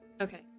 Okay